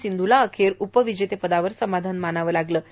सिंधूला अखेर उपविजेतेपदावर समाधान मानावं लागलं आहे